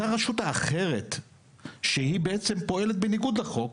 אותה רשות אחרת שהיא בעצם פועלת בניגוד לחוק,